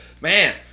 man